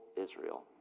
Israel